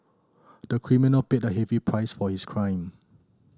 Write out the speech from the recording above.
the criminal paid a heavy price for his crime